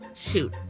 Shoot